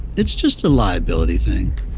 it's just a liability thing